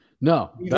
No